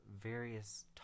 various